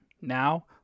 Now